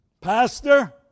Pastor